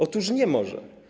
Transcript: Otóż nie może.